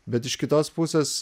bet iš kitos pusės